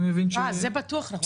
את זה בטוח אנחנו מורידים.